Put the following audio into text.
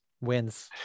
wins